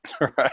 Right